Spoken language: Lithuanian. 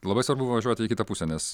labai svarbu važiuoti į kitą pusę nes